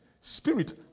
Spirit